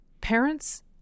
parents